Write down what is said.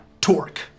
Torque